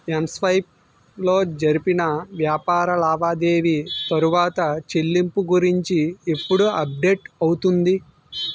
mSwipe లో జరిపిన వ్యాపార లావాదేవి తరువాత చెల్లింపు గురించి ఎప్పుడు అప్డేట్ అవుతుంది